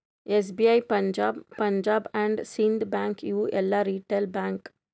SBI, Punjab, Punjab and Sind Bank ಇವು ಎಲ್ಲಾ retail bank